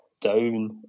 down